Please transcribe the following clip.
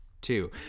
two